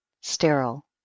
sterile